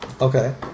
Okay